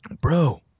Bro